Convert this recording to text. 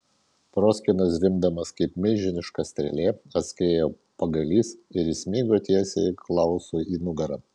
proskyna zvimbdamas kaip milžiniška strėlė atskriejo pagalys ir įsmigo tiesiai klausui į nugarą